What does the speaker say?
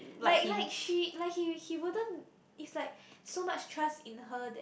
like like she like he he wouldn't it's like so much trust in her that